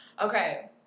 okay